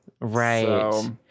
right